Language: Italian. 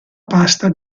pasta